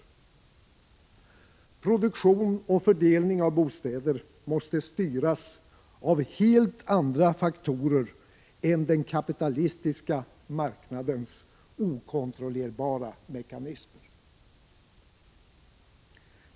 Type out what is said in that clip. Produktion och fördelning av bostäder måste styras av helt andra faktorer än den kapitalistiska marknadens okontrollerbara mekanismer.